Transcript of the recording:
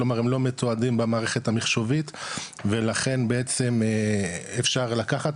כלומר הם לא מתועדים במערכת המיחשובית ולכן בעצם אפשר לקחת